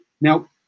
Now